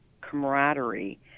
camaraderie